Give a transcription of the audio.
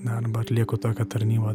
darbą atlieku tokią tarnybą